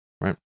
right